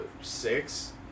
six